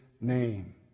name